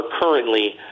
currently